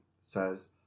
says